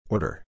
Order